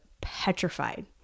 petrified